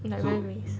like very waste